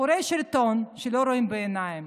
מכורי שלטון שלא רואים בעיניים.